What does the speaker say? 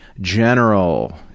general